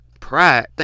Pride